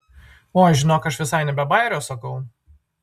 oi žinok aš visai ne be bajerio sakau